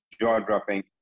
jaw-dropping